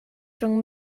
rhwng